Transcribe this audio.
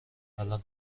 الان